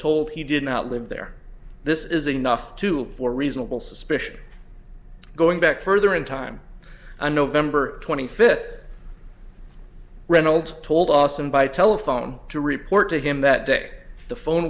told he did not live there this is enough to look for reasonable suspicion going back further in time on november twenty fifth reynolds told awesome by telephone to report to him that day the phone